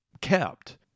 kept